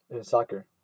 Soccer